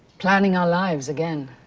planning our lives again,